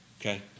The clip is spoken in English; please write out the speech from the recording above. Okay